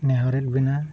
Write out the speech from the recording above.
ᱱᱮᱦᱚᱨᱮᱫ ᱵᱮᱱᱟ